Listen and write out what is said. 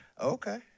Okay